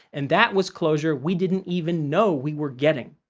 and that was closure we didn't even know we were getting.